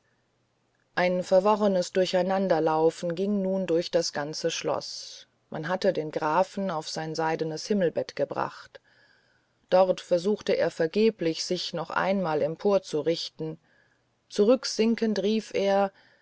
ein verworrenes durcheinanderlaufen ging nun durch das ganze schloß man hatte den grafen auf sein seidenes himmelbett gebracht dort versuchte er vergeblich sich noch einmal emporzurichten zurücksinkend rief er